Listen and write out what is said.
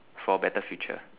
for a better future